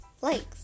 likes